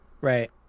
Right